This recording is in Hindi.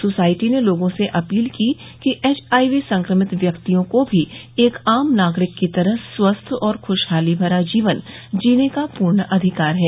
सोसायटी ने लोगों से अपील की कि एचआईवी संक्रमित व्यक्तियों को भी एक आम नागरिक की तरह स्वस्थ और खुशहाली भरा जीवन जीने का पूर्ण अधिकार है